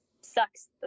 sucks